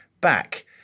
back